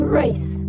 race